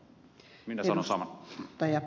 minä sanon saman